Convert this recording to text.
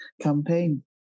campaign